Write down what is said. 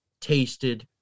tasted